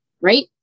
right